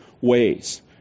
ways